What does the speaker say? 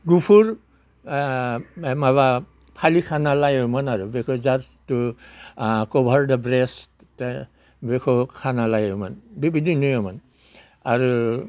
गुफुर बे माबा फालि खाना लायोमोन आरो बेखौ just to cover the breast बेखौ खाना लायोमोन बेबिदिनियोमोन आरो